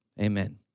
amen